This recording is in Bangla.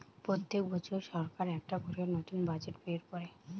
পোত্তেক বছর সরকার একটা করে নতুন বাজেট বের কোরে